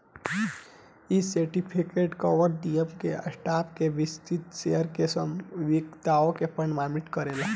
इ सर्टिफिकेट कवनो निगम के स्टॉक के विशिष्ट शेयर के स्वामित्व के प्रमाणित करेला